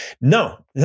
no